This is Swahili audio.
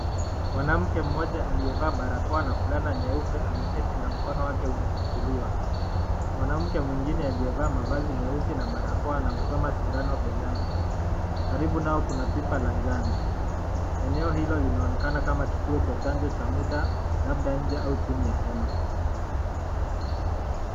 Mwanamke mmoja aliyevaa barakoa na fulana nyeupe ameketi na mkono wake umefichuliwa, mwanamke mwingine aliyevaa mavazi meusi na barakoa anamchoma sindano begani. Karibu nao kuna pipa la njano, eneo hilo linaonekana kama kituo cha chanjo cha muda, labda nje ama chini ya hema.